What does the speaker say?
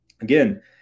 again